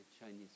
Chinese